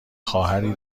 خواهری